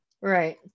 right